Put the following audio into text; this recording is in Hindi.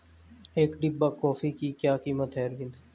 एक डिब्बा कॉफी की क्या कीमत है अरविंद?